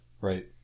Right